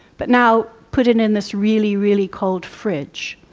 but now put in in this really, really cold fridge.